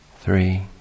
three